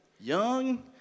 Young